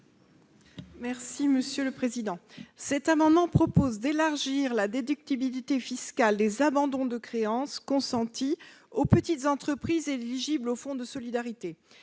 Mme Nadia Sollogoub. Cet amendement vise à élargir la déductibilité fiscale des abandons de créances consentis aux petites entreprises éligibles au fonds de solidarité.